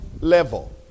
level